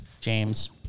James